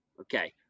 Okay